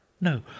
No